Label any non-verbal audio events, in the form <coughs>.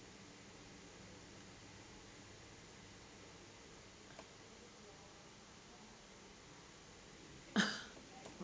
<coughs>